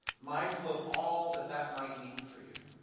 mindful of all that that might mean for you,